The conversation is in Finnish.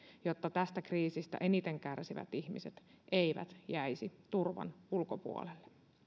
jotta tästä kriisistä eniten kärsivät ihmiset eivät jäisi turvan ulkopuolelle